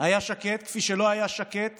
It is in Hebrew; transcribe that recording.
היה שקט כפי שלא היה שקט